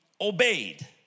obeyed